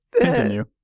continue